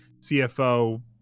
CFO